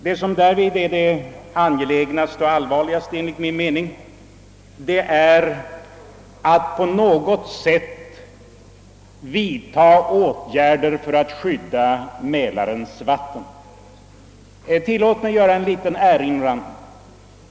Det angelägnaste är enligt min mening att på något sätt vidta åtgärder för att skydda Mälarens vatten mot förorening. Tillåt mig i detta sammanhang göra en liten erinran.